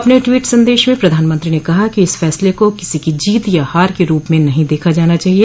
अपने टवीट संदेश में प्रधानमंत्री ने कहा कि इस फैसले को किसी को जीत या हार के रूप में नहीं देखा जाना चाहिए